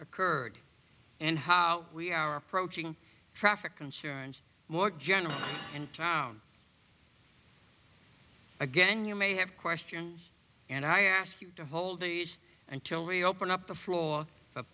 occurred and how we are approaching traffic concerns more general and town again you may have questions and i ask you to hold these until we open up the floor